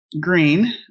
Green